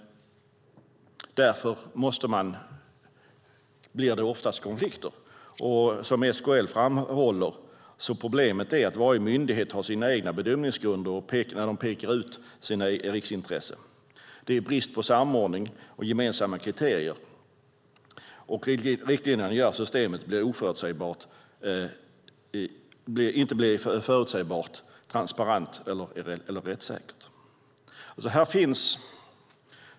Därför blir det ofta konflikter. Som SKL framhåller är problemet att varje myndighet har sina egna bedömningsgrunder när de pekar ut områden av riksintresse. Det är brist på samordning och gemensamma kriterier, och riktlinjer gör att systemet inte blir förutsägbart, transparant eller rättssäkert.